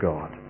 God